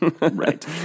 Right